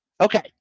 Okay